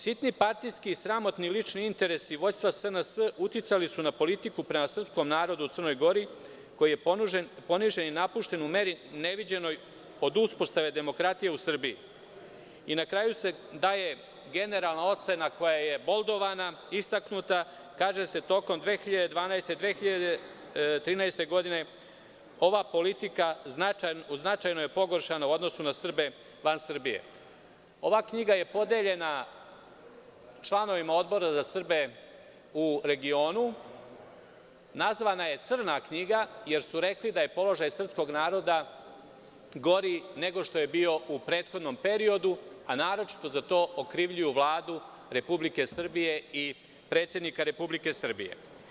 Sitni partijski i sramotni lični interesi vođstva SNS uticali su na politiku prema srpskom narodnu u Crnoj Gori, koji je ponižen i napušten u meri neviđenoj od uspostave demokratije u Srbiji.“ Na kraju se daje generalna ocena koja je boldovana, istaknuta i kaže se: „ Tokom 2012. i 2013. godine ova politika značajno je pogoršana u odnosu na Srbe van Srbije.“ Ova knjiga je podeljena članovima Odbora za Srbe u regionu i nazvana je „crna knjiga“, jer su rekli da je položaj srpskog naroda gori nego što je bio u prethodnom periodu, a naročito za to okrivljuju Vladu Republike Srbije i predsednika Republike Srbije.